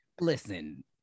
Listen